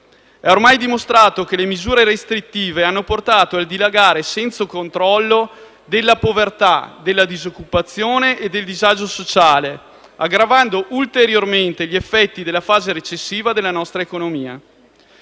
È ormai dimostrato che le misure restrittive hanno portato al dilagare senza controllo della povertà, della disoccupazione e del disagio sociale, aggravando ulteriormente gli effetti della fase recessiva della nostra economia.